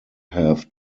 have